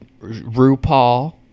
RuPaul